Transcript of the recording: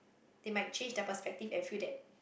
they might change their perspective and feel that